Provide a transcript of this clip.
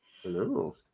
Hello